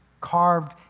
carved